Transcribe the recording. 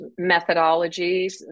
methodologies